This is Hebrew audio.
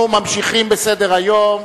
אנחנו ממשיכים בסדר-היום.